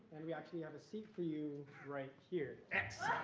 and we actually have a seat for you right here. excellent.